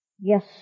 Yes